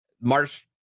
March